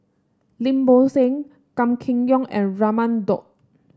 Lim Bo Seng Gan Kim Yong and Raman Daud